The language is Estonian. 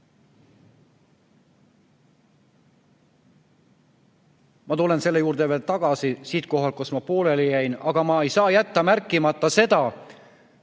Ma tulen selle juurde veel tagasi sellest kohast, kus ma pooleli jäin, aga ma ei saa jätta märkimata, et